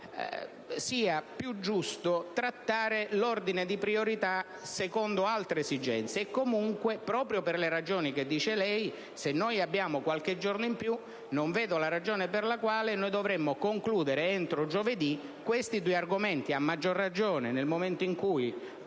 sia più giusto trattare l'ordine di priorità secondo altre esigenze; comunque, proprio per le ragioni che lei illustrava, se noi disponiamo di qualche giorno in più, non vedo la ragione per la quale dovremmo concludere entro giovedì questi due argomenti, a maggior ragione nel momento in cui